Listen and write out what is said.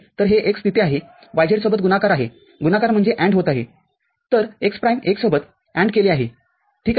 तरहे x तिथे आहे yz सोबत गुणाकार आहे गुणाकार म्हणजेANDहोत आहे तर x प्राईम१ सोबत ANDकेले आहे ठीक आहे